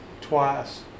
twice